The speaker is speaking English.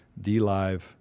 DLive